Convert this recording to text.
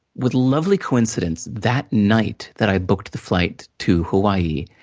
with lovely coincidence, that night, that i booked the flight to hawaii,